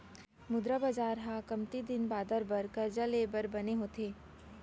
मुद्रा बजार ह कमती दिन बादर बर करजा ले बर बने होथे